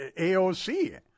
AOC